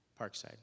Parkside